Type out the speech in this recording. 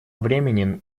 времени